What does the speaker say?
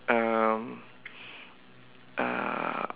um uh